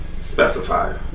specify